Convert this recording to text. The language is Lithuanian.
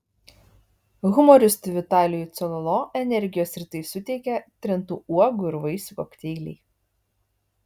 humoristui vitalijui cololo energijos rytais suteikia trintų uogų ir vaisių kokteiliai